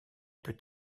peut